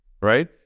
right